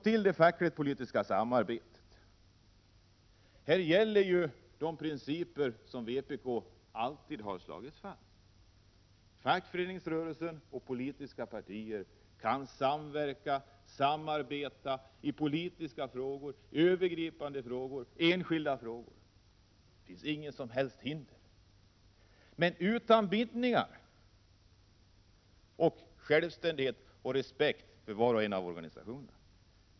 För det facklig-politiska samarbetet gäller de principer som vpk alltid har slagit fast. Fackföreningsrörelsen och politiska partier kan samverka och samarbeta i politiska frågor, övergripande frågor, enskilda frågor. Det finns inga som helst hinder, men det skall ske utan bindningar och med självständighet och respekt för var och en av organisationerna.